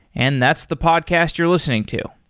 and that's the podcast you're listening to.